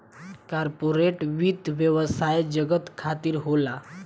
corporate वित्त व्यवसाय जगत खातिर होला